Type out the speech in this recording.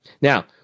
Now